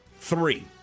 three